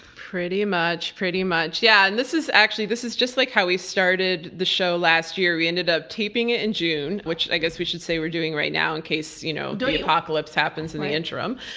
pretty much, pretty much. yeah, and this is actually, this is just like how we started the show last year. we ended up taping it in june, which i guess we should say we're doing right now in case you know the apocalypse happens in the interim,